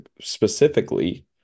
specifically